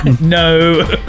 no